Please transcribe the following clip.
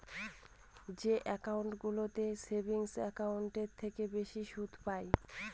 যে একাউন্টগুলোতে সেভিংস একাউন্টের থেকে বেশি সুদ পাই